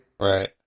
Right